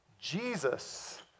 Jesus